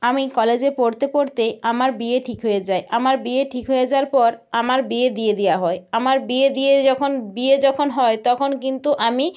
আমি কলেজে পড়তে পড়তে আমার বিয়ে ঠিক হয়ে যায় আমার বিয়ে ঠিক হয়ে যাওয়ার পর আমার বিয়ে দিয়ে দেওয়া হয় আমার বিয়ে দিয়ে যখন বিয়ে যখন হয় তখন কিন্তু আমি